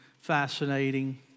fascinating